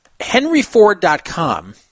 HenryFord.com